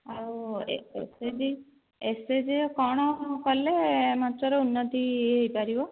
ଆଉ S H G ଏସ୍ଏଚ୍ଜିର କ'ଣ କଲେ ମଞ୍ଚର ଉନ୍ନତି ହୋଇପାରିବ